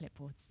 clipboards